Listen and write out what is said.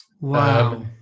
Wow